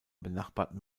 benachbarten